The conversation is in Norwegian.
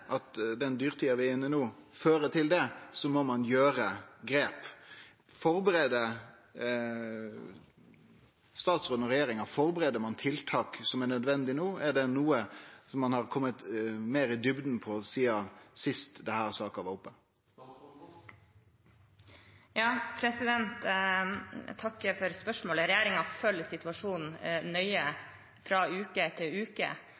må ein ta grep. Førebur statsråden og regjeringa no tiltak som er nødvendige, og er det noko som ein har kome meir i djupna av sidan sist denne saka var oppe? Jeg takker for spørsmålet. Regjeringen følger situasjonen nøye fra uke til uke.